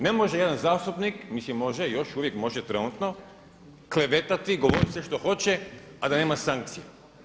Ne može jedan zastupnik, mislim može još uvijek može trenutno, klevetati i govoriti sve što hoće, a da nema sankcije.